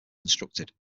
constructed